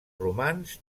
romans